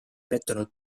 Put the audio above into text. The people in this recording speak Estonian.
pettunud